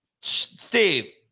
Steve